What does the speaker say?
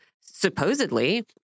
supposedly